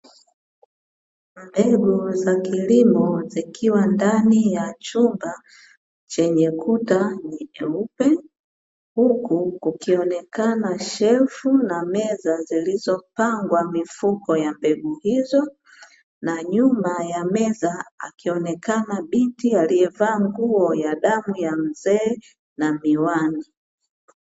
Mbegu za kilimo zikiwa ndani ya chumba chenye kuta nyeupe, huku kukionekana shelfu na meza zilizopangwa mifuko ya mbegu hizo, na nyuma ya meza akionekana binti aliyevaa nguo ya damu ya mzee na miwani.